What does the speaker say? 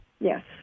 Yes